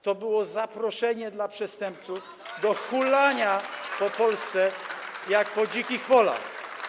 To było zaproszenie dla przestępców do hulania po Polsce jak po dzikich polach.